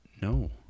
No